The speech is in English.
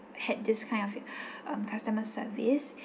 had this kind of um customer service